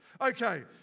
Okay